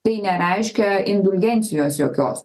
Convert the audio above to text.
tai nereiškia indulgencijos jokios